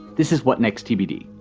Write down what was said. this is what next tbd.